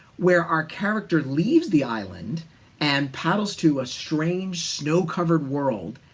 where our character leaves the island and paddles to a strange, snow-covered world,